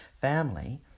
family